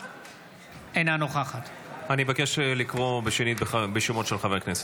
אינה נוכחת אני מבקש לקרוא בשנית בשמות חברי הכנסת,